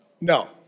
no